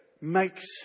makes